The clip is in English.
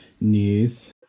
news